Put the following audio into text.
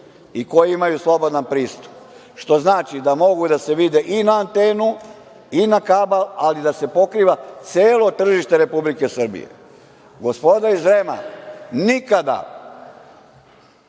i koji imaju slobodan pristup. Što znači da mogu da se vide i na antenu i na kabl, ali da se pokriva celo tržište Republike Srbije. Gospoda iz REM-a nikada